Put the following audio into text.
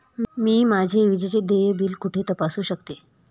मी माझे विजेचे देय बिल कुठे तपासू शकते?